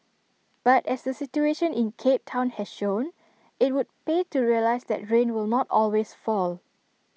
but as the situation in cape Town has shown IT would pay to realise that rain will not always fall